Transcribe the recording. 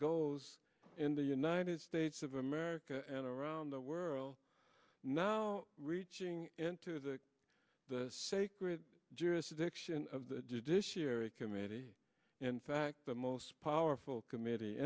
goes in the united states of america and around the world now reaching into the sacred jurisdiction of the judiciary committee in fact the most powerful committee